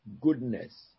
goodness